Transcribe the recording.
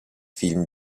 film